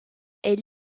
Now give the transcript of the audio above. elle